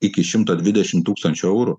iki šimto dvidešimt tūkstančių eurų